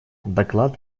доклад